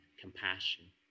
compassion